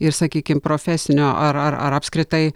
ir sakykim profesinio ar ar ar apskritai